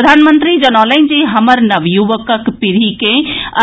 प्रधानमंत्री जनौलनि जे हमर नवयुवकक पीढ़ी के